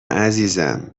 عزیزم